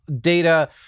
data